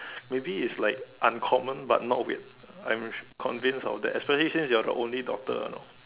maybe is like uncommon but not weird I'm convince our dad especially since you're the only daughter